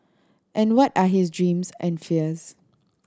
and what are his dreams and fears